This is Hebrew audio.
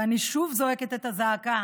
ואני שוב זועקת את הזעקה: